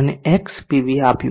અને x પીવી આપ્યું